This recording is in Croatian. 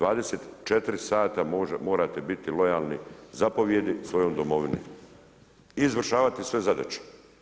24 sata morate biti lojalni zapovijedi svojoj Domovini i izvršavati sve zadaće.